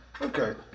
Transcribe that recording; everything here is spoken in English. okay